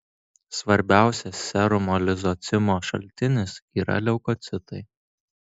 svarbiausias serumo lizocimo šaltinis yra leukocitai